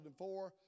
2004